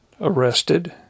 arrested